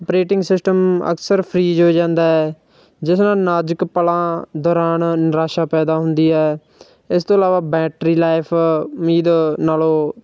operating system ਅਕਸਰ freeze ਹੋ ਜਾਂਦਾ ਹੈ ਜਿਸ ਨਾਲ ਨਾਜ਼ੁਕ ਪਲਾਂ ਦੌਰਾਨ ਨਿਰਾਸ਼ਾ ਪੈਦਾ ਹੁੰਦੀ ਹੈ ਇਸ ਤੋਂ ਇਲਾਵਾ ਬੈਟਰੀ ਲਾਈਫ ਉਮੀਦ ਨਾਲੋਂ